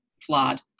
flawed